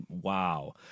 Wow